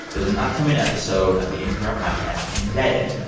there's an upcoming episode of the npr podcast embedded,